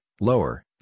lower